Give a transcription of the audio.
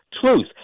truth